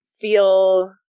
feel